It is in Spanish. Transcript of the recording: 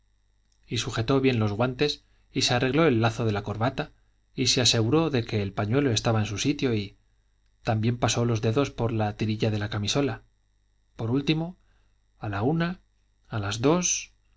y sujetó bien los guantes y se arregló el lazo de la corbata y se aseguró de que el pañuelo estaba en su sitio y también pasó dos dedos por la tirilla de la camisola por último a la una a las dos